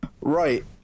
Right